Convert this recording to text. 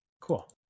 cool